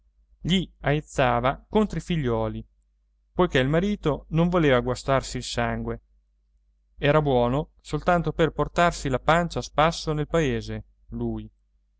gli aizzava contro i figliuoli poiché il marito non voleva guastarsi il sangue era buono soltanto per portarsi la pancia a spasso nel paese lui